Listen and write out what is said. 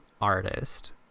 artist